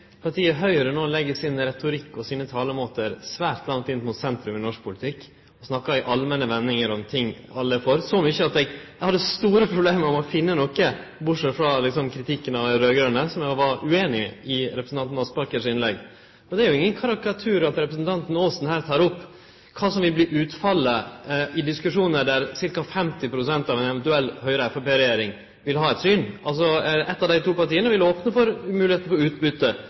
partiet Høgre no legg sin retorikk og sine talemåtar svært langt inn mot sentrum i norsk politikk, og snakkar i allmenne vendingar om ting alle er for – så mykje at eg hadde store problem med å finne noko, bortsett frå kritikken av dei raud-grøne, som eg var ueinig i i representanten Aspaker sitt innlegg. Det er jo ingen karikatur at representanten Aasen her tek opp kva som vil bli utfallet av diskusjonar der ca. 50 pst. av ei eventuell regjering med Høgre og Framstegspartiet vil ha eitt syn. Eitt av dei to partia vil opne for